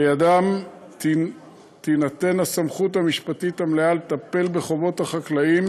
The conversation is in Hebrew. ובידם תינתן הסמכות המשפטית המלאה לטפל בחובות החקלאים